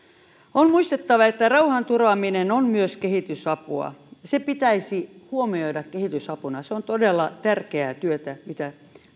on muistettava että rauhanturvaaminen on myös kehitysapua se pitäisi huomioida kehitysapuna se on todella tärkeää työtä mitä